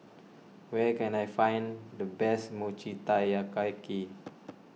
where can I find the best Mochi Taiyaki